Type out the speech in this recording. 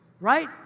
Right